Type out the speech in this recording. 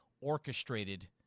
orchestrated